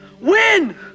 Win